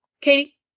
Katie